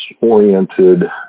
oriented